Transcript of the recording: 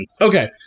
Okay